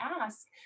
ask